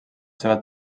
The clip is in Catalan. seva